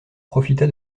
profita